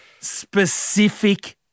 specific